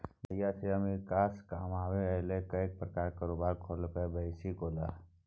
जहिया सँ अमेरिकासँ कमाकेँ अयलाह कैक प्रकारक कारोबार खेलिक बैसि गेलाह